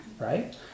right